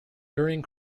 during